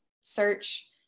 search